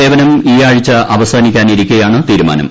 സേവനം ഈ ആഴ്ച അവസാനിക്കാനിരിക്കേയാണ് തീരുമാനം